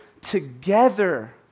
together